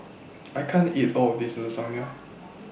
I can't eat All of This Lasagne